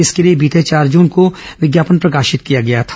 इसके लिए बीते चार जून को विज्ञापन प्रकाशित किया गया था